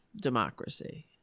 democracy